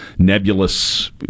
nebulous